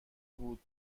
بودم